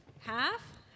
Half